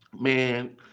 Man